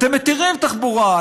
אתם מתירים תחבורה.